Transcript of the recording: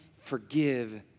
forgive